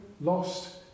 lost